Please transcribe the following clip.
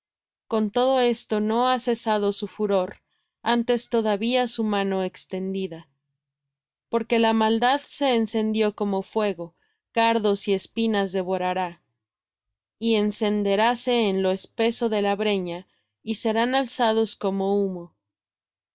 con todo esto no ha cesado su furor antes todavía su mano extendida porque la maldad se encendió como fuego cardos y espinas devorará y encenderáse en lo espeso de la breña y serán alzados como humo por